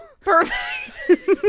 Perfect